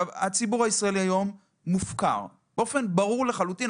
הציבור הישראלי היום מופקר באופן ברור לחלוטין.